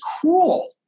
cruel